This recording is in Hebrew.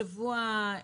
השבוע,